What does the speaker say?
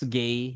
gay